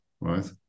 right